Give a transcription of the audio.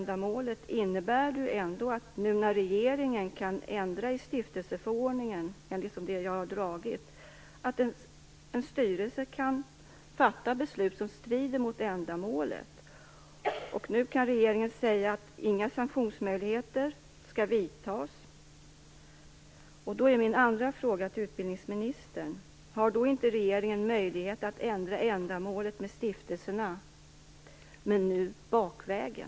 Det innebär att när regeringen kan ändra i stiftelseförordningen - enligt det jag har föredragit - kan en styrelse fatta beslut som strider mot stiftelseändamålet. Nu kan regeringen säga att inga sanktionsmöjligheter skall vidtas. Har inte regeringen möjlighet att ändra ändamålet med stiftelserna, men nu bakvägen?